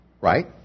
Right